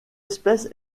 espèce